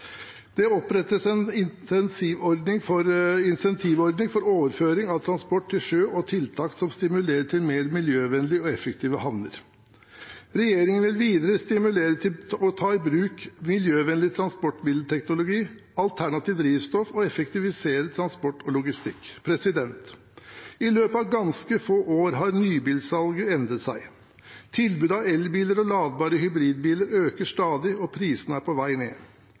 Det opprettes en incentivordning for overføring av transport til sjø og tiltak som stimulerer til mer miljøvennlige og effektive havner. Regjeringen vil videre stimulere til å ta i bruk miljøvennlig transportmiddelteknologi, alternative drivstoff og effektivisere transport og logistikk. I løpet av ganske få år har nybilsalget endret seg. Tilbudet av elbiler og ladbare hybridbiler øker stadig, og prisene er på vei ned.